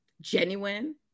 genuine